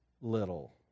little